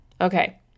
Okay